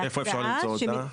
איפה אפשר למצוא אותה?